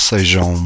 Sejam